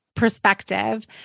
perspective